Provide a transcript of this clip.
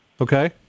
Okay